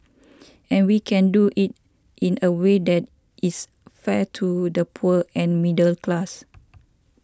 and we can do it in a way that is fair to the poor and middle class